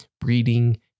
breeding